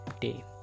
day